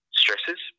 stresses